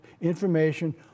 information